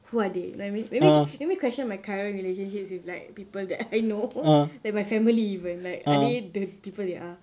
who are they you know what I mean make me make me question my current relationships with like people that I know like my family even are they the people they are